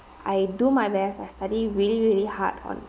I do my best I study really really hard on